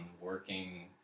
working